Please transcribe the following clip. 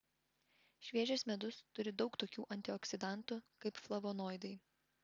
šviežias medus turi daug tokių antioksidantų kaip flavonoidai